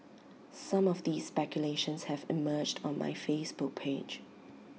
some of these speculations have emerged on my Facebook page